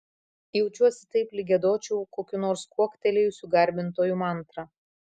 jaučiuosi taip lyg giedočiau kokių nors kuoktelėjusių garbintojų mantrą